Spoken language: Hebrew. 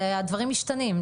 הדברים משתנים.